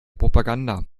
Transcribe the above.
propaganda